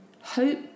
hope